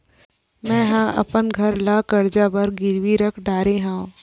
मेहा अपन घर ला कर्जा बर गिरवी रख डरे हव